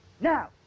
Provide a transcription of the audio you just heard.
Now